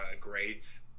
grades